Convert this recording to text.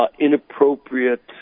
inappropriate